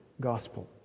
gospel